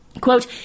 Quote